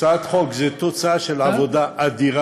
הצעת חוק היא תוצאה של עבודה אדירה,